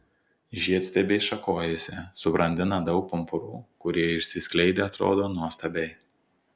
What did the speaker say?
žiedstiebiai šakojasi subrandina daug pumpurų kurie išsiskleidę atrodo nuostabiai